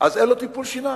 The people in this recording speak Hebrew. אין לו טיפול שיניים.